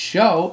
Show